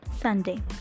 Sunday